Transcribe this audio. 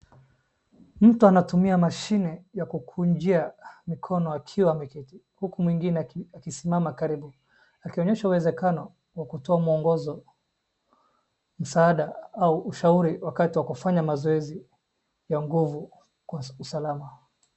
Mtu anatumia mashine ya kukunjia mkono akiwa ameketi uku mwingine akisimama karibu, akionyesha uwezekano wa kutoa mwongozo, msaada au ushauri wakati wa kufanya mazoezi ya nguvu kwa usalama.